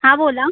हां बोला